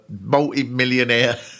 multi-millionaire